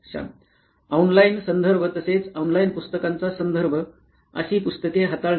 श्यामः online संदर्भ तसेच offline पुस्तकांचा संदर्भ अशी पुस्तके हाताळणी